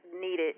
needed